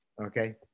Okay